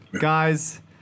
guys